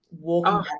walking